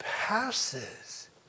passes